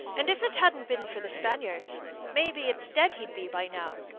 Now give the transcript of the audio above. and if it hadn't been for the spaniards maybe it's dead he'd be by now,